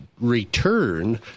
return